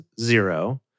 zero